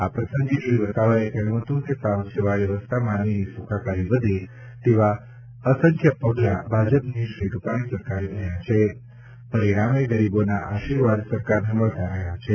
આ પ્રસંગે શ્રી વસાવાએ કહ્યું હતું કે સાવ છેવાડે વસતા માનવીની સુખાકારી વધે તેવા અસંખ્ય પગલાં ભાજપની રૂપાણી સરકારે ભર્યા છે પરિણામે ગરીબોના આશિર્વાદ સરકારને મળતા રહ્યા છે